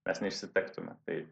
mes neišsitektume tai